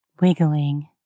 wiggling